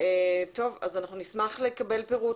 אז אנחנו נשמח לקבל פירוט,